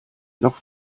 noch